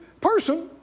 person